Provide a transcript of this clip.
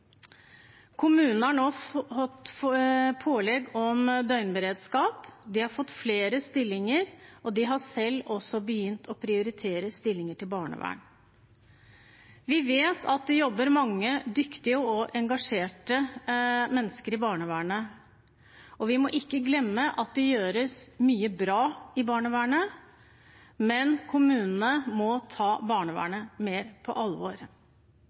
Kommunene har nå fått pålegg om døgnberedskap, de har fått flere stillinger, og de har selv også begynt å prioritere stillinger til barnevern. Vi vet at det jobber mange dyktige og engasjerte mennesker i barnevernet, og vi må ikke glemme at det gjøres mye bra i barnevernet, men kommunene må ta barnevernet mer på alvor.